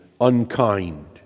unkind